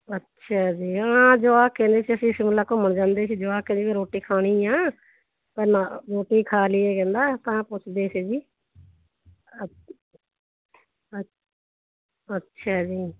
ਅੱਛਾ ਜੀ ਹਾਂ ਜੁਆਕ ਕਹਿੰਦੇ ਸੀ ਅਸੀਂ ਸ਼ਿਮਲਾ ਘੁੰਮਣ ਜਾਂਦੇ ਸੀ ਜਵਾਕ ਕਹਿੰਦੇ ਬਈ ਅਸੀਂ ਰੋਟੀ ਖਾਣੀ ਆ ਤਾਂ ਨਾ ਰੋਟੀ ਖਾ ਲਈਏ ਕਹਿੰਦਾ ਤਾਂ ਪੁੱਛਦੇ ਸੀ ਅੱਛ ਅੱਛ ਅੱਛਾ ਜੀ